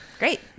Great